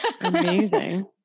amazing